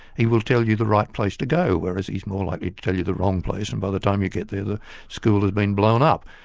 he will tell you the right place to go, whereas he's more likely to tell you the wrong place and by the time you get there, the school had been blown up.